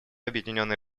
объединенной